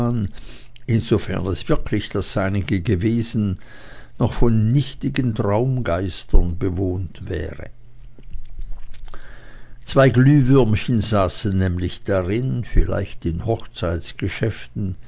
insofern es wirklich das seinige gewesen noch von nichtigen traumgeistern bewohnt wäre zwei glühwürmchen saßen nämlich darin vielleicht in